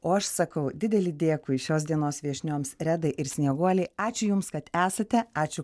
o aš sakau didelį dėkui šios dienos viešnioms redai ir snieguolei ačiū jums kad esate ačiū